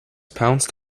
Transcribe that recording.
pounced